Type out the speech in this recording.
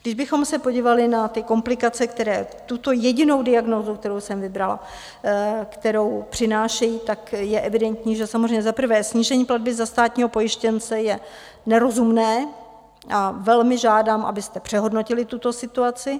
Kdybychom se podívali na ty komplikace, které tuto jedinou diagnózu, kterou jsem vybrala, kterou přinášejí, tak je evidentní, že samozřejmě za prvé snížení platby za státního pojištěnce je nerozumné, a velmi žádám, abyste přehodnotili tuto situaci.